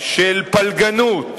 של פלגנות,